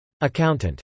accountant